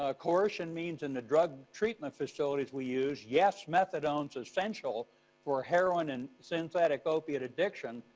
ah coercion means, in the drug treatment facilities we use, yes methadone's essential for heroin and synthetic opiate addiction,